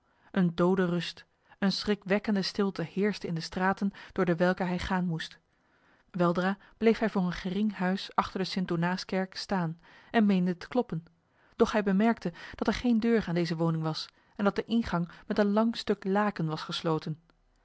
een dode rust een schrikwekkende stilte heerste in de straten door dewelke hij gaan moest weldra bleef hij voor een gering huis achter de st donaaskerk staan en meende te kloppen doch hij bemerkte dat er geen deur aan deze woning was en dat de ingang met een lang stuk laken was gesloten